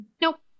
Nope